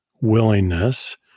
willingness